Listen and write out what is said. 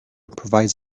provides